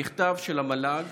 המכתב של המל"ג